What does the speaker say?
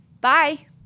Bye